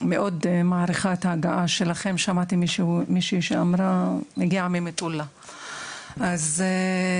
קודם מישהי שאמרה שהיא הגיעה ממטולה, אז תודה.